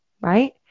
right